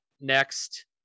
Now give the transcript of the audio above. next